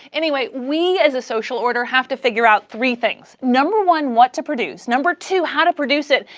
anyway, we as a social order have to figure out three things. number one what to produce, number two how to produce it,